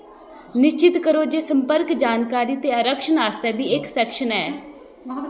निश्चत करो जे संपर्क जानकारी ते आरक्षण आस्तै बी इक सैक्शन है